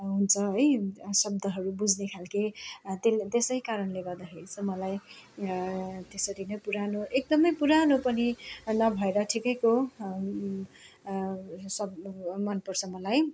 हुन्छ है शब्दहरू बुझ्ने खालके त्यसले त्यसै कारणले गर्दाखेरि चाहिँ मलाई त्यसरी नै पुरानो एकदमै पुरानो पनि नभएर ठिकैको सब मनपर्छ मलाई